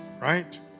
right